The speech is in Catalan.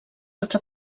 altra